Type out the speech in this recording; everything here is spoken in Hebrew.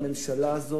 והממשלה הזאת,